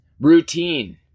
Routine